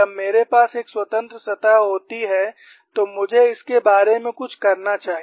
जब मेरे पास एक स्वतंत्र सतह होती है तो मुझे इसके बारे में कुछ करना चाहिए